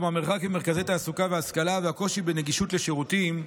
כמו המרחק ממרכזי תעסוקה והשכלה והקושי בנגישות לשירותים,